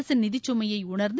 அரசின் நிதிச்சுமையை உணர்ந்து